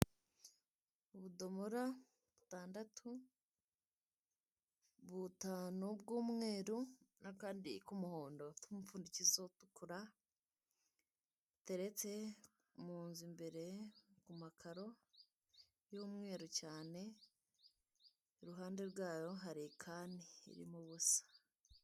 Ubudomura butandatu, butanu bw'umweru n'akandi k'umuhondo gafite umupfundikizo utukura, buterete mu nzu imbere ku makaro y'umweru cyane, iruhande rwayo hari ikani irimo ubusa.